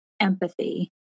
empathy